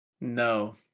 No